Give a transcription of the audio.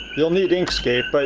you'll need inkscape. but